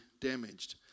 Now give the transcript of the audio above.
damaged